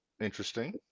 Interesting